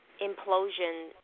implosion